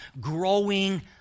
growing